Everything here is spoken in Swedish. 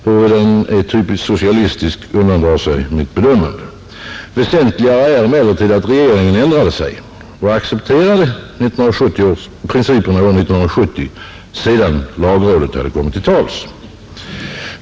Huruvida den är typiskt socialistisk undandrar sig mitt bedömande, Väsentligare är emellertid att regeringen ändrade sig och accepterade de gamla principerna år 1970, sedan lagrådet kommit till tals.